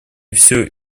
все